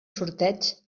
sorteig